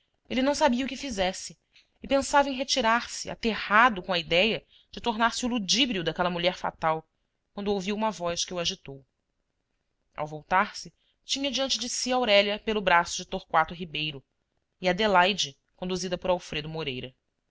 ele não sabia o que fizesse e pensava em retirar-se aterrado com a idéia de tornar-se o ludíbrio daquela mulher fatal quando ouviu uma voz que o agitou ao voltar-se tinha diante de si aurélia pelo braço de torquato ribeiro e adelaide conduzida por alfredo moreira